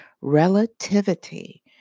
Relativity